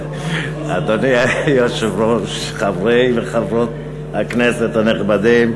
אדוני היושב-ראש, חברי וחברות הכנסת הנכבדים,